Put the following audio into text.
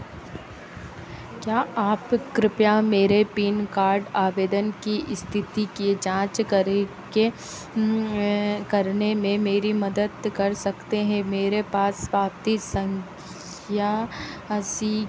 क्या आप कृपया मेरे पिन कार्ड आवेदन की स्थिति की जाँच करके करने में मेरी मदद कर सकते हैं मेरे पास पावती संख्या सी